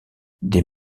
des